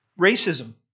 racism